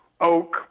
oak